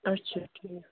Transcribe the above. اچھا ٹھیٖک